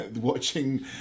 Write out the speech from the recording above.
watching